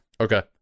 Okay